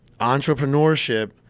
entrepreneurship